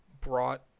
brought